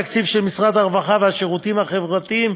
התקציב של משרד הרווחה והשירותים החברתיים,